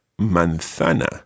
manzana